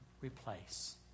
replace